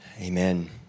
Amen